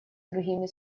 другими